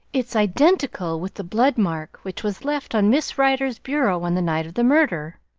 it's identical with the blood mark which was left on miss rider's bureau on the night of the murder!